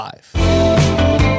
Five